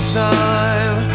time